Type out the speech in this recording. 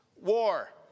War